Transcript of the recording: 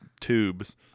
tubes